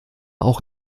auch